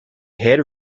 head